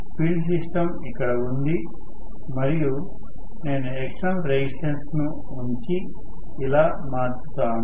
field system ఇక్కడ ఉంది మరియు నేను ఎక్స్టర్నల్ రెసిస్టెన్స్ ను ఉంచి ఇలా మార్చుతాను